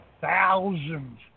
thousands